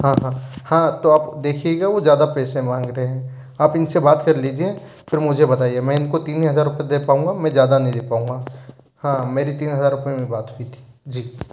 हाँ हाँ हाँ तो आप देखियेगा वो ज़्यादा पैसे माँग रहे हैं आप इनसे बात कर लीजिये फिर मुझे बताइये मैं इनको तीन ही हजार रुपए दे पाऊँगा मैं ज़्यादा नहीं दे पाऊँगा हाँ मेरी तीन हजार रुपए में बात हुई थी जी